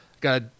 got